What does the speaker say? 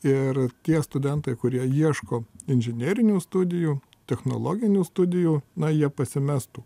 ir tie studentai kurie ieško inžinerinių studijų technologinių studijų na jie pasimestų